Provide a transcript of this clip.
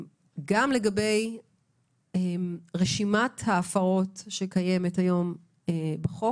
גם לגבי רשימת ההפרות שקיימת היום בחוק,